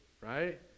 right